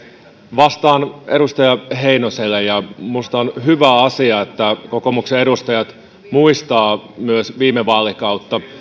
vastaan edustaja heinoselle ja minusta on hyvä asia että kokoomuksen edustajat muistavat myös viime vaalikautta